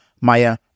Maya